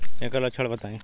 ऐकर लक्षण बताई?